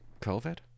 COVID